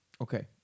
Okay